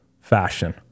fashion